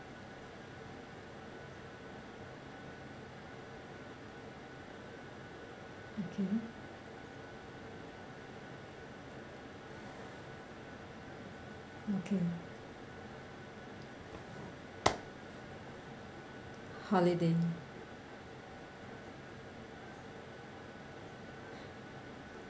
okay okay holiday